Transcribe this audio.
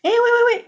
eh wait wait wait